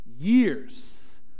years